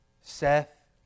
Seth